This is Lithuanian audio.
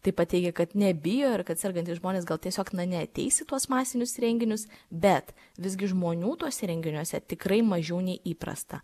taip pat teigia kad nebijo ir kad sergantys žmonės gal tiesiog na neateis į tuos masinius renginius bet visgi žmonių tuose renginiuose tikrai mažiau nei įprasta